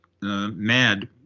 mad